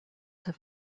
have